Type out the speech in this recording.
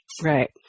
Right